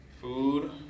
Food